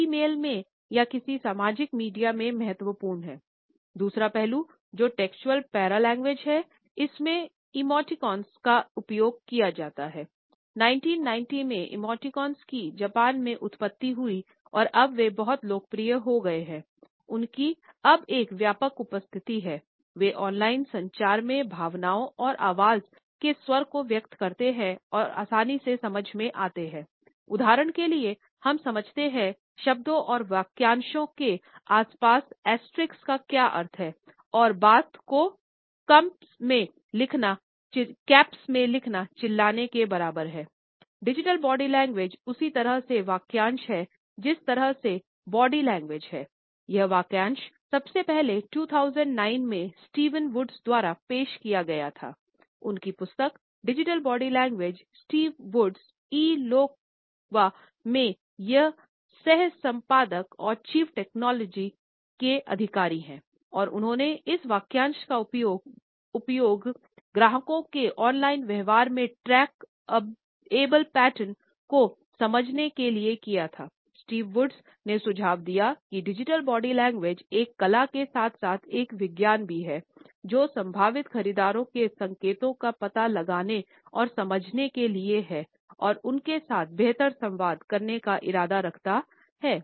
1990 में इमोटिकॉन का क्या अर्थ है और बात को कप्स में लिखना चिल्लाने के बराबर है डिजिटल बॉडी लैंग्वेज एक कला के साथ साथ एक विज्ञान भी है जो संभावित खरीदारों के संकेतों का पता लगाने और समझने के लिए है और उनके साथ बेहतर संवाद करने का इरादा रखता है